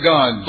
God